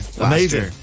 Amazing